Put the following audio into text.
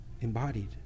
embodied